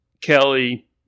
Kelly